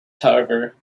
however